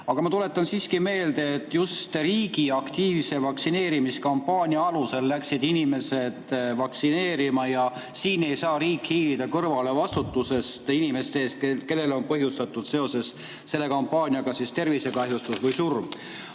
Aga ma tuletan siiski meelde, et just riigi aktiivse vaktsineerimiskampaania alusel läksid inimesed vaktsineerima ja siin ei saa riik hiilida kõrvale vastutusest inimeste ees, kellele on põhjustatud seoses selle kampaaniaga tervisekahjustus või surm.